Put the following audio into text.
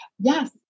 Yes